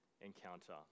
encounter